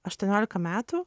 aštuoniolika metų